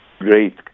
great